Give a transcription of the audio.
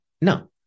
No